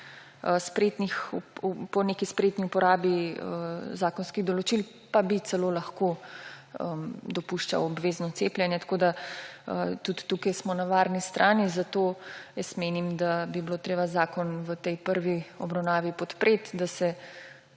po neki spretni uporabi zakonskih določil celo lahko dopuščal obvezno cepljenje. Tako da smo tukaj na varni strani, zato jaz menim, da bi bilo treba zakon v tej prvi obravnavi podpreti, da se